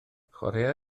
chwaraea